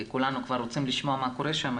כי כולנו כבר רוצים לשמוע מה קורה שם,